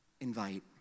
Invite